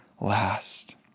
last